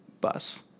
bus